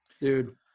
dude